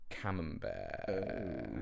camembert